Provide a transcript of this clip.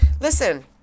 listen